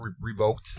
revoked